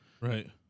Right